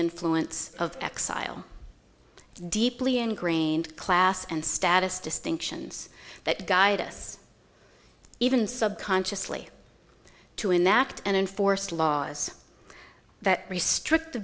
influence of exile deeply ingrained class and status distinctions that guide us even subconsciously to enact and enforce laws that restrict the